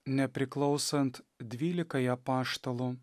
nepriklausant dvylikai apaštalų